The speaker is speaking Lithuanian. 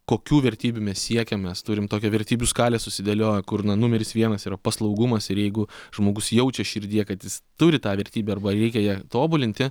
kokių vertybių mes siekiam mes turim tokią vertybių skalę susidėlioję kur na numeris vienas yra paslaugumas ir jeigu žmogus jaučia širdyje kad jis turi tą vertybę arba reikia ją tobulinti